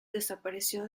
desapareció